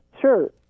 sure